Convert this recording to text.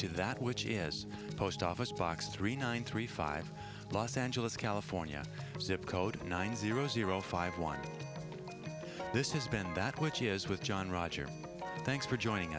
to that which is post office box three nine three five los angeles california zip code nine zero zero five one this is ben and that which is with john roger thanks for joining